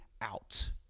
out